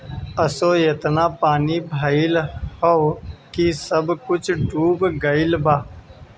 असो एतना पानी भइल हअ की सब कुछ डूब गईल बा